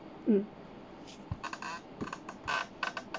mm